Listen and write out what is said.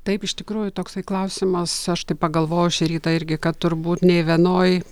taip iš tikrųjų toksai klausimas aš taip pagalvojau šį rytą irgi kad turbūt nei vienoj